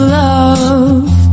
love